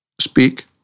speak